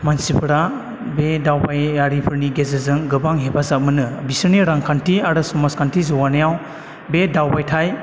मानसिफोरा बे दावबायारिफोरनि गेजेरजों गोबां हेफाजाब मोनो बेसोरनि रांखान्थि आरो समाजखान्थि जौगानायाव बे दावबायथाय